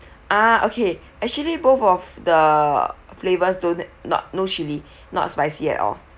uh okay actually both of the flavours don't not no chilli not spicy at all